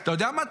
כן.